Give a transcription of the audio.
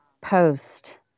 post